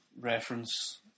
reference